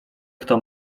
kto